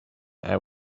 and